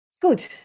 good